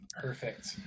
Perfect